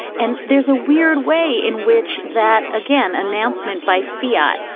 and there's a weird way in which that, again, announcement by fiat.